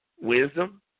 wisdom